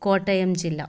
കോട്ടയം ജില്ല